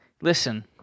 Listen